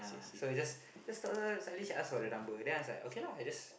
so is just just talk then suddenly she ask for the number then I'm like okay lah I just